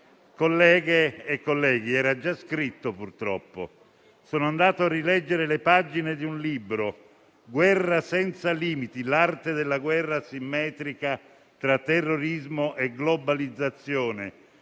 Colleghe e colleghi, era già scritto purtroppo. Sono andato a rileggere le pagine di un libro, «Guerra senza limiti. L'arte della guerra asimmetrica fra terrorismo e globalizzazione»,